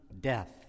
Death